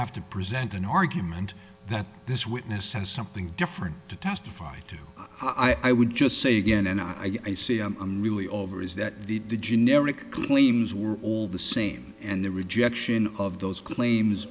have to present an argument that this witness has something different to testify to i would just say again and i say i'm really over is that the the generic claims were all the same and the rejection of those claims